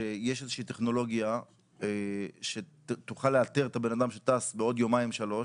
שיש איזושהי טכנולוגיה שתוכל לאתר את הבן אדם שטס בעוד יומיים-שלושה,